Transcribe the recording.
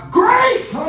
grace